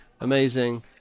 amazing